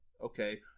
okay